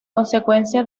consecuencia